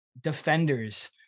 defenders